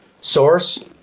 source